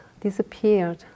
disappeared